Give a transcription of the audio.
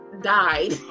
died